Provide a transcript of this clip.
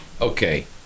okay